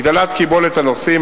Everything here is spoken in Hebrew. הגדלת קיבולת הנוסעים,